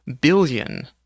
billion